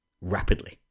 rapidly